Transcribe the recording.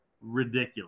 ridiculous